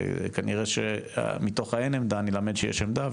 כנראה שמתוך האין עמדה אני למד שיש עמדה,